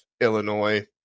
Illinois